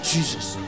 Jesus